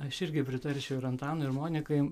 aš irgi pritarčiau ir antanui ir monikai